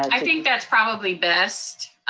i think that's probably best.